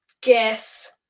guess